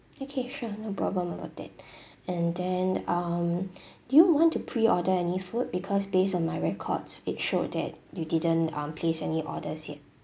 okay sure no problem about it and then um do you want to pre-order any food because based on my records it showed that you didn't um place any orders yet